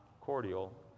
cordial